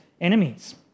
enemies